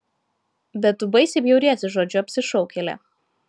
bet tu baisiai bjauriesi žodžiu apsišaukėlė